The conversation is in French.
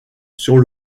sur